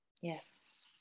Yes